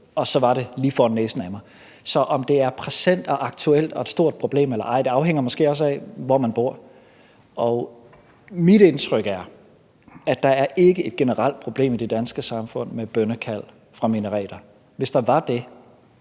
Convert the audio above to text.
og så var det lige foran næsen af mig. Så om det er present og aktuelt og et stort problem eller ej, afhænger måske også af, hvor man bor. Mit indtryk er, at der ikke er et generelt problem i det danske samfund med bønnekald fra minareter. Helt seriøst,